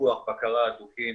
פיקוח ובקרה הדוקים,